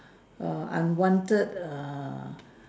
err unwanted err